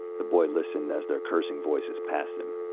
the boy listened as their cursing voices passed them.